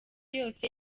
yose